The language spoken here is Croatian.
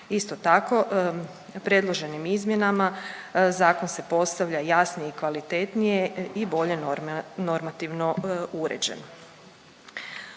Isto tako predloženim izmjenama zakon se postavlja jasnije i kvalitetnije i bolje normativno uređen.